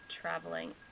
traveling